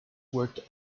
worked